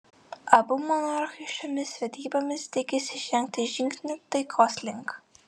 abu monarchai šiomis vedybomis tikisi žengti žingsnį taikos link